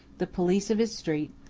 the police of his street,